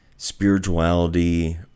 spirituality